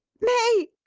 may.